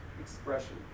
expression